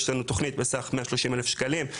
יש לנו תוכנית בסך 130,000 שקלים,